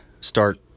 start